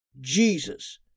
Jesus